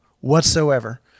whatsoever